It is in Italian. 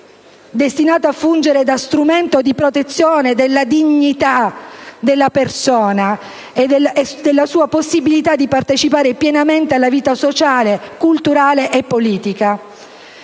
destinato a fungere da strumento di protezione della dignità della persona e della sua «possibilità di partecipare pienamente alla vita sociale, culturale e politica».